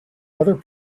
other